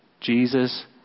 Jesus